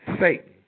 Satan